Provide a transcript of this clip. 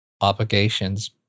obligations